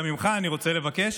גם ממך אני רוצה לבקש